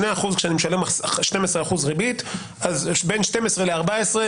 2% כשאני משלם 12% ריבית זה בין 12 ל-14,